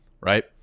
right